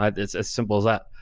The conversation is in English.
um it's as simple as that.